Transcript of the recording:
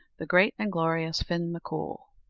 the great and glorious fin m'coul?